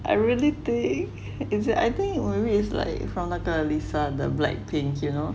I really think is it I think you worry is like 中那个 lisa 的 blackpink you know